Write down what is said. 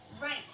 right